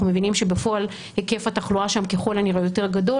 מבינים שבפועל היקף התחלואה שם ככל הנראה הוא יותר גדול